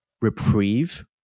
reprieve